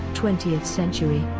twentieth century.